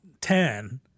Ten